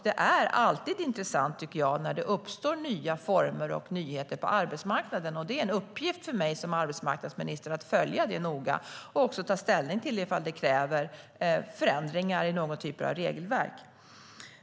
Det är alltid intressant när det uppstår nya former och nyheter på arbetsmarknaden. Det är en uppgift för mig som arbetsmarknadsminister att följa det noga och också ta ställning till ifall det kräver förändringar i något regelverk.